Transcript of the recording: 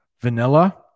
Vanilla